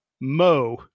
Mo